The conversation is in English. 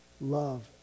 love